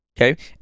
okay